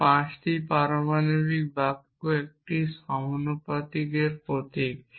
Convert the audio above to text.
যা 5টি পারমাণবিক বাক্য একটি সমানুপাতিক প্রতীক